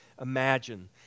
imagine